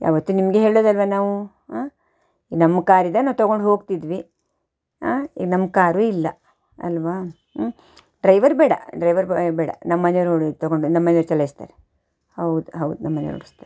ಯಾವತ್ತೂ ನಿಮಗೇ ಹೇಳೋದಲ್ಲವಾ ನಾವು ಆಂ ಈ ನಮ್ಮ ಕಾರಿದ್ರೆ ನಾವು ತೊಗೊಂಡು ಹೋಗ್ತಿದ್ವಿ ಆಂ ಈಗ ನಮ್ಮ ಕಾರೂ ಇಲ್ಲ ಅಲ್ಲವಾ ಊಂ ಡ್ರೈವರ್ ಬೇಡ ಡ್ರೈವರ್ ಬೇಡ ನಮ್ಮನೆವ್ರು ತೊಗೊಂಡು ನಮ್ಮನೆವ್ರು ಚಲಾಯಿಸ್ತಾರೆ ಹೌದು ಹೌದು ನಮ್ಮನೆವ್ರು ಓಡಿಸ್ತಾರೆ